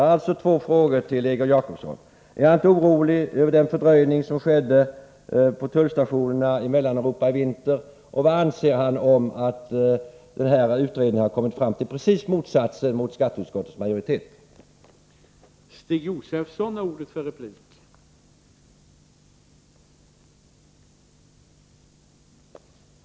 Jag vill ställa två frågor till Egon Jacobsson: Är han inte orolig över den fördröjning som skett vid tullstationerna i Mellaneuropa under vintern, och vad anser han om det som utredningen har kommit fram till och som är raka motsatsen till det som skatteutskottets majoritet föreslår?